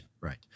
right